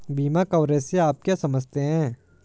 बीमा कवरेज से आप क्या समझते हैं?